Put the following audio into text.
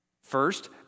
First